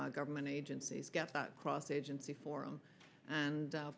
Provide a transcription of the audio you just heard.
y government agencies get that cross agency forum and